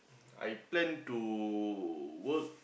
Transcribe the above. I plan to work